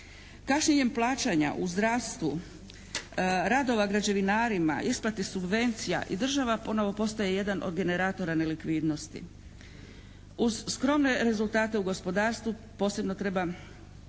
Kašnjenjem plaćanja u zdravstvu, radova građevinarima, isplate subvencija i država ponovno postaje jedan od generatora nelikvidnosti. Uz skromne rezultate u gospodarstvu posebno treba